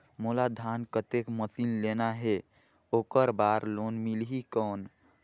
मोला धान कतेक मशीन लेना हे ओकर बार लोन मिलही कौन?